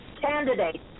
candidate